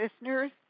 listeners